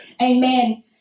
Amen